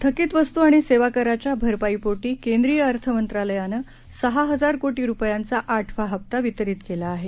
थकीतवस्तूआणिसेवाकराच्याभरपाईपोटीकेंद्रीयअर्थमंत्रालयानंसहाहजारकोटीरुपयांचा आठवा हप्तावितरीतकेलाआहे